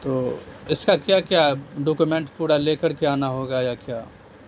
تو اس کا کیا کیا ڈاکومنٹ پورا لے کر کے آنا ہوگا یا کیا